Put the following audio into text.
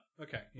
Okay